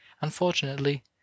Unfortunately